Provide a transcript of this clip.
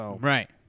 Right